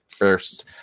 first